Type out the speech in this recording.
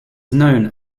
known